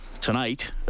tonight